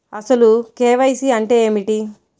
అసలు కే.వై.సి అంటే ఏమిటి?